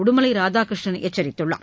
உடுமலை ராதாகிருஷ்ணன் எச்சரித்துள்ளார்